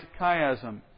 chiasm